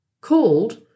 called